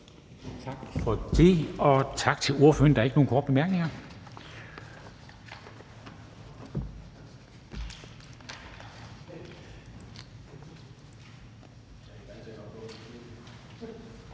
Tak for det, og tak til ordføreren. Der er ikke nogen korte bemærkninger.